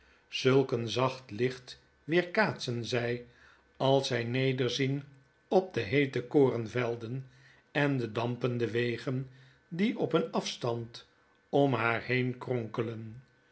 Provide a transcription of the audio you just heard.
een zacht licht weerkaatsea zg als zjj nederzien op de heete korenveldi en de dampende wegen die op een afstand om haar heen